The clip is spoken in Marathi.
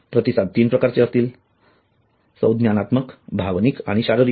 प्रतिसाद तीन प्रकारचे असतील संज्ञानात्मक भावनिक आणि शारीरिक